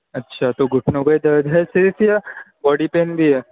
اچھا تو گُھٹنوں کا ہی درد ہے صرف یا باڈی پین بھی ہے